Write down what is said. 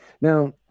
Now